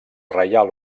reial